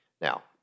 Now